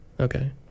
Okay